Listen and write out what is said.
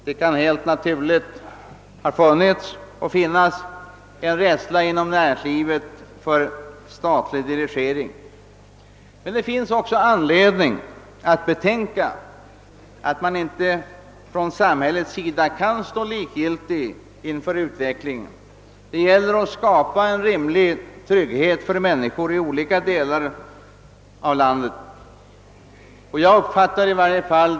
Det kan helt naturligt ha funnits och kommer att finnas en rädsla inom näringslivet för statlig dirigering, men det finns också anledning att betänka att man inte från samhällets sida kan stå likgiltig inför utvecklingen. Det gäller att skapa en rimlig trygghet för människor i olika delar av landet.